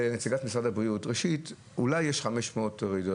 אבל אני רוצה להגיד לנציגת משרד הבריאות.